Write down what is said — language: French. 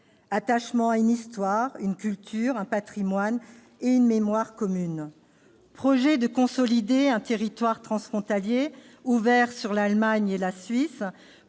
attachement à une histoire, à une culture, à un patrimoine et à une mémoire communs ; projet de consolider un territoire transfrontalier ouvert sur l'Allemagne et la Suisse